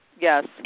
yes